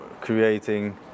creating